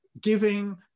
giving